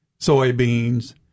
soybeans